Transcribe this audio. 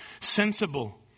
sensible